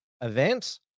event